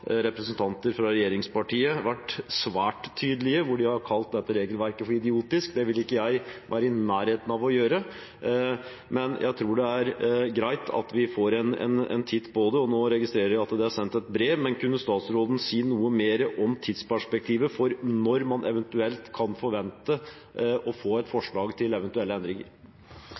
kalt dette regelverket for idiotisk. Det vil ikke jeg være i nærheten av å gjøre. Men jeg tror det er greit at vi får en titt på det. Nå registrerer jeg at det er sendt et brev, men kunne statsråden si noe mer om tidsperspektivet, om når man eventuelt kan forvente å få et forslag til eventuelle endringer?